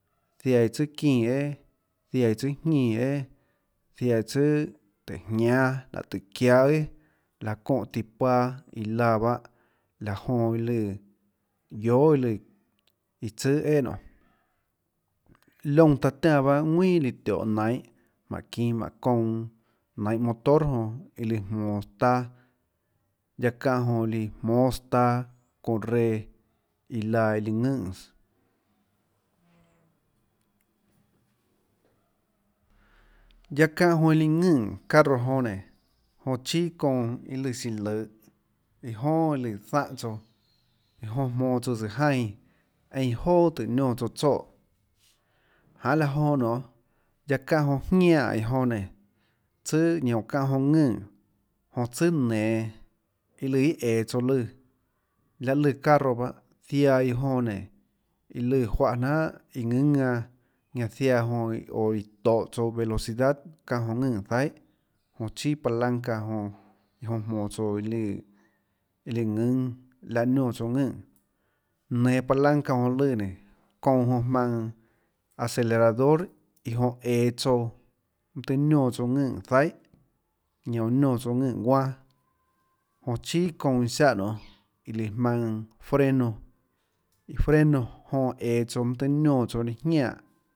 Ziaã iã tsùà çínã æà ziaã iã tsùà jínã æà ziaã iã tsùà tùhå jñáâ laã tùhå çiáâ æà laã çóhã tíã paâ iã laã pahâ laã jonã lùã guiohà iã lùã iã tsùà æà nionê liónã taã tiánã pahâ ðuinà iã tióhå nainhå jmáhå çinå jmáhå çounã nianhå motor jonã iã lùã jmonå taâ guiaâ çánhã jonã líã jmósâs taâ çonã reã iã laã lùã ðønè guiaâ çánhã jonã líã ðønè carro jonã nénå jonã chíà çounã iã lùã siã lùhå iâ jonà lùã zánhã tsouã iã jonã jmoå tsouã tsøã jaínã einã joà tóhå nionà tsouã tsoè janê laã jonã nionê guiaâ çáhå jonã jñiaè iã jonã nénå tsùà ñanã oã çánhã jonã ðønè jonã tsùà nenå iã lùã iâ æå tsouã lùã láhã lùã carro pahâ ziaã iã jonã nénå iã lùã juáhã jnanhà iã ðùnâ ðanã ñanã ziaã jonã oã iã tohå tsouã velocidad çáhã jonã ðønè zaihà jonã chíà palanca jonã iã jonã jmonå tsouã lùã iã lùã ðùnâ láhã niónã tsouã ðønè nenå palanca jonã lùã nénå çounã jonã jmaønã acelerador iã jonã eå tsouã mønâ tøhê niónã tsouã ðønè zaihà ñanã uã niónã tsouã ðønè guanâ jon chíà çounã iã ziáhã nionê iã lùã jmaønã freno freno jonã eå tsouã mønâ tùhê niónã tsouã lùã jianè ñanã.